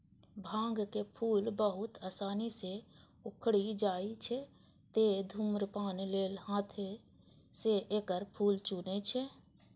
भांगक फूल बहुत आसानी सं उखड़ि जाइ छै, तें धुम्रपान लेल हाथें सं एकर फूल चुनै छै